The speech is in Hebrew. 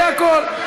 זה הכול.